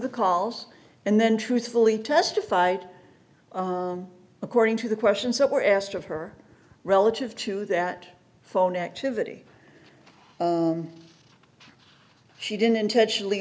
the calls and then truthfully testified according to the questions that were asked of her relative to that phone activity she didn't intentionally